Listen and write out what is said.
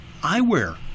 eyewear